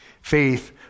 Faith